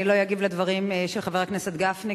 אני לא אגיב לדברים של חבר הכנסת גפני,